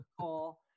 call